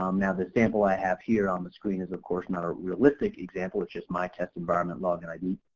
um now the sample i have here on the screen is of course not a realistic example, it's just my test environment login id.